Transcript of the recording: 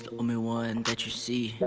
the only one but you see